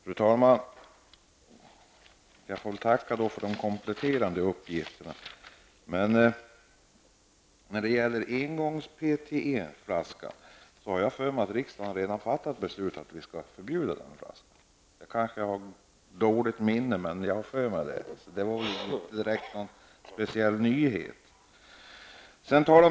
Fru talman! Jag får tacka för de kompletterande uppgifterna. Men jag har för mig att riksdagen redan har fattat beslut om att vi skall förbjuda engångs-PET-flaskan. Kanske har jag dåligt minne, men jag har för mig det. Så det var väl inte direkt någon nyhet.